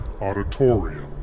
auditorium